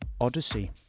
Odyssey